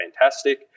fantastic